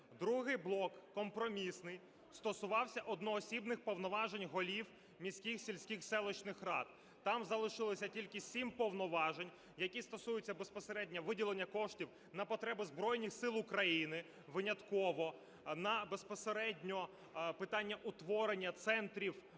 Другий блок компромісний стосувався одноосібних повноважень голів міських, сільських, селищних рад. Там залишилося тільки сім повноважень, які стосуються безпосередньо виділення коштів на потреби Збройних Сил України винятково, на безпосередньо питання утворення центрів